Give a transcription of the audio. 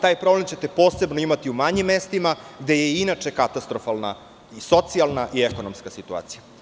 Taj problem ćete posebno imati u manjim mestima, gde je i inače katastrofalna socijalna i ekonomska situacija.